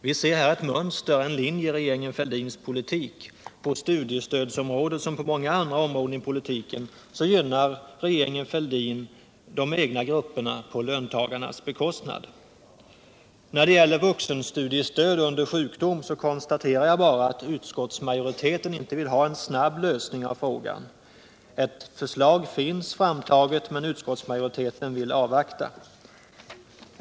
Vi ser här ett mönster, en linje i regeringen Fälldins politik. På studiestödsområdet som på många andra områden i politiken gynnar regeringen Fälldin de egna grupperna på löntagarnas bekostnad. När det gäller vuxenstudiestöd under sjukdom konstaterar jag bara att utskottsmajoriteten inte vill ha en snabb lösning av frågan. Ett förslag finns framtaget, men utskottsmajoriteten vill avvakta.